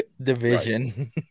division